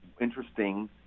interesting